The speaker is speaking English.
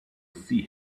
see